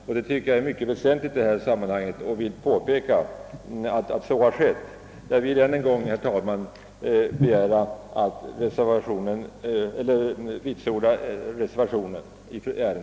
Detta tycker jag är något mycket väsentligt, som här bör understrykas. Jag vidhåller mitt yrkande om bifall till reservationen.